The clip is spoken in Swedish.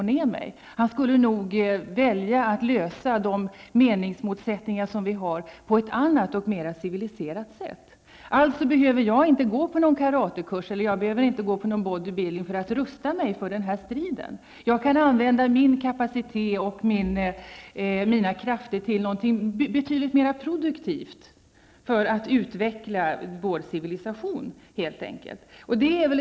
Försvarsministern valde nog att lösa de meningsmotsättningar som vi har på ett annat och mera civiliserat sätt. Jag behöver alltså inte gå på någon karatekurs eller någon ''body-bildning'' för att rusta mig inför en sådan strid. Jag kan använda min kapacitet och mina krafter till någonting betydligt mera produktivt som helt enkelt kan bidra till att utveckla vår civilisation.